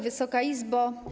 Wysoka Izbo!